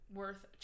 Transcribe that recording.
worth